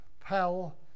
Powell